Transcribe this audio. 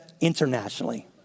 internationally